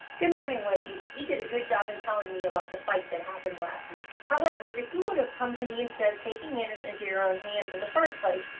good morning, ladies. you did a good job in telling me about the fight that happened last week. however, if you would have come to me instead of taking matters into your own hands in the first place,